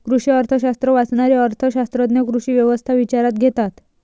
कृषी अर्थशास्त्र वाचणारे अर्थ शास्त्रज्ञ कृषी व्यवस्था विचारात घेतात